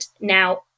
Now